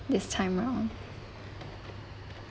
this time round